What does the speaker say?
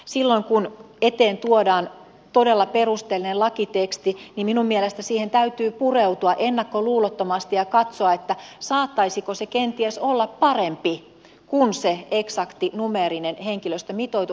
silloin kun eteen tuodaan todella perusteellinen lakiteksti minun mielestäni siihen täytyy pureutua ennakkoluulottomasti ja katsoa saattaisiko se kenties olla parempi kuin se eksakti numeerinen henkilöstömitoitus